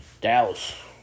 Dallas